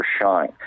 shine